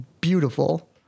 beautiful